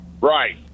Right